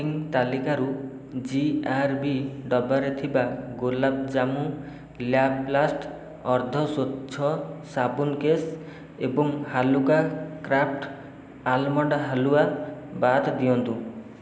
ମୋ ସପିଂ ତାଲିକାରୁ ଜିଆର୍ବି ଡବାରେ ଥିବା ଗୋଲାପ ଜାମୁ ଲ୍ୟାପ୍ଲାଷ୍ଟ୍ ଅର୍ଦ୍ଧସ୍ୱଚ୍ଛ ସାବୁନ୍ କେସ୍ ଏବଂ ହାଲୁକା କ୍ରାଫ୍ଟ ଆଲ୍ମଣ୍ଡ ହାଲୁଆ ବାଦ୍ ଦିଅନ୍ତୁ